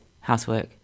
housework